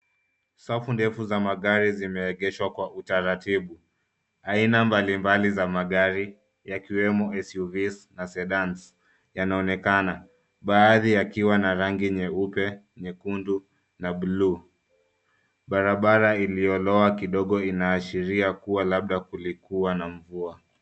Safu ndefu za magari zimeegeshwa kwa utaratibu. Aina mbalimbali za magari yakiwemo SUVs na cedan yanaonekana, baadhi yakiwa na rangi nyeupe, nyekundu na buluu. Barabara iliyolowa kidogo inaashiria kuwa labda kulikuwa na mvua.